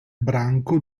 branco